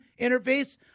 interface